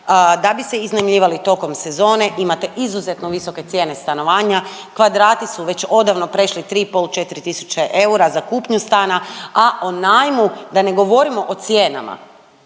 da bi se iznajmljivali tokom sezone imate izuzetno visoke cijene stanovanja, kvadrati su već odavno prešli 3 i pol, 4 tisuće eura za kupnju stana, a o najmu da ne govorimo o cijenama